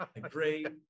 great